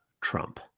Trump